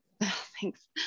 Thanks